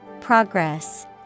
Progress